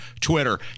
twitter